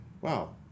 Wow